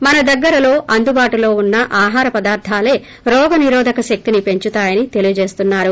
మన దగ్గరలో అందుబాటులో ఉన్న ఆహార పదార్గాలే రోగనిరోదక శక్తిని పెంచుతాయని తెలియజేస్తున్నారు